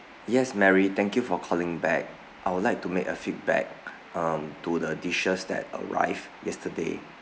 yes mary thank you for calling back I would like to make a feedback um to the dishes that arrive yesterday